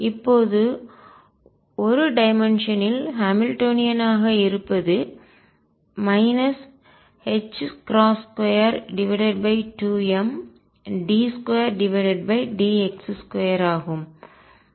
இப்போது 1 டைமென்ஷன் இல் ஹாமில்டோனியனாக இருப்பது 22md2dx2 ஆகும்